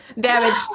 damage